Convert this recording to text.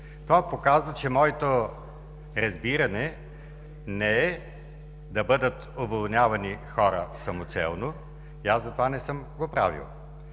Това показва, че моето разбиране не е да бъдат уволнявани хора самоцелно и аз затова не съм го правил.